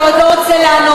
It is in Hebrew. כי הוא לא רוצה לענות,